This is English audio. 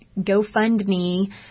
GoFundMe